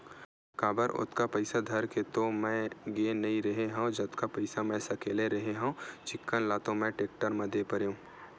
काबर ओतका पइसा धर के तो मैय गे नइ रेहे हव जतका पइसा मै सकले रेहे हव चिक्कन ल तो मैय टेक्टर म दे परेंव